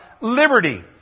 liberty